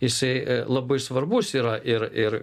jisai labai svarbus yra ir ir